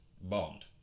Bond